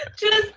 to